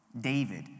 David